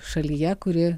šalyje kuri